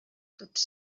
tots